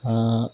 ਹਾਂ